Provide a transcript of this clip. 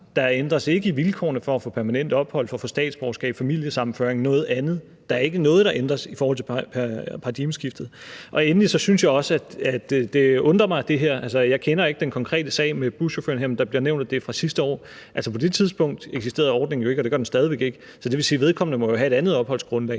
der ændres ikke i vilkårene for at få permanent ophold, statsborgerskab, familiesammenføring eller noget andet – der er ikke noget, der ændres i forhold til paradigmeskiftet. Og endelig synes jeg også, at det her undrer mig – altså, jeg kender ikke den konkrete sag med buschaufføren her, men det bliver nævnt, at den er fra sidste år; altså, på det tidspunkt eksisterede ordningen ikke, og det gør den stadig væk ikke, så det vil sige, at vedkommende jo må have et andet opholdsgrundlag.